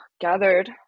gathered